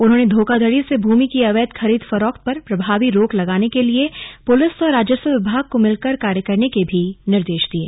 उन्होंने धोखाधड़ी से भूमि की अवैध खरीद फरोख्त पर प्रभावी रोक लगाने के लिए पुलिस और राजस्व विभाग को मिलकर कार्य करने के भी निर्देश दिये